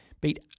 beat